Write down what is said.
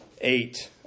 eight